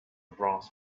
brass